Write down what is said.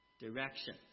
direction